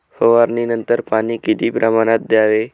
फवारणीनंतर पाणी किती प्रमाणात द्यावे?